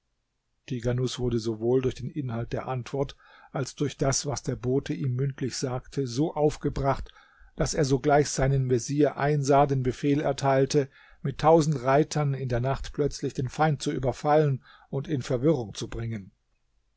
tighanus wurde sowohl durch den inhalt der antwort als durch das was der bote ihm mündlich sagte so aufgebracht daß er sogleich seinem vezier einsar den befehl erteilte mit tausend reitern in der nacht plötzlich den feind zu überfallen und in verwirrung zu bringen